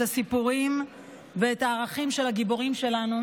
את הסיפורים ואת הערכים של הגיבורים שלנו,